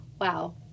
Wow